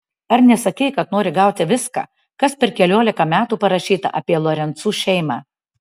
ar nesakei kad nori gauti viską kas per keliolika metų parašyta apie lorencų šeimą